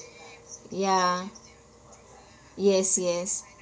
ya yes yes